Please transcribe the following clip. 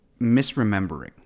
misremembering